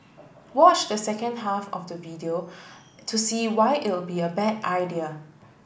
watch the second half of the video to see why it'll be a bad idea